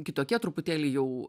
kitokie truputėlį jau